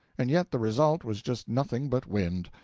and yet the result was just nothing but wind.